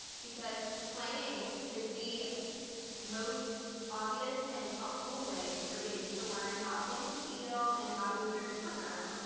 because playing is the most obvious and helpful way for babies to learn how things feel and how to move their tongue around.